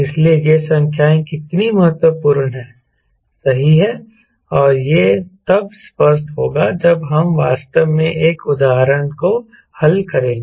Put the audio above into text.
इसलिए ये संख्याएँ कितनी महत्वपूर्ण हैं सही है और यह तब स्पष्ट होगा जब हम वास्तव में एक उदाहरण को हल करेंगे